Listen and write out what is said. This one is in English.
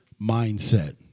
mindset